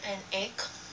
and egg